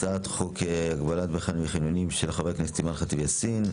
הצעת חוק הגבלת דמי חניה בחניונים של חברת הכנסת אימאן חט'יב יאסין,